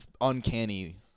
uncanny